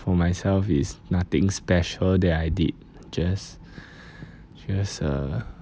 for myself it's nothing special that I did just just uh